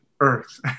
Earth